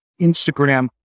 Instagram